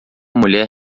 mulher